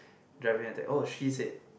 driving at the oh she said